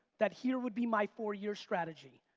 that here would be my four year strategy.